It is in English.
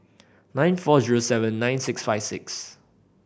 nine four zero seven nine six five six